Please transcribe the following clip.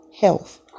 health